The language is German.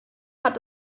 hat